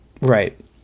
right